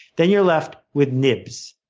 then you're left with nibs.